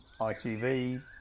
ITV